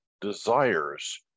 desires